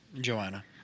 Joanna